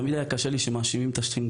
תמיד היה קשה לי שמאשימים את הש"ג,